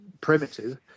primitive